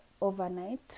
overnight